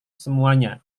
semuanya